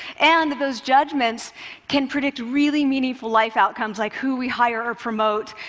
and those judgments can predict really meaningful life outcomes like who we hire or promote,